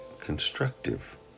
constructive